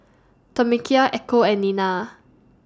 Tamekia Echo and Nena